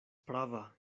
prava